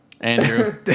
Andrew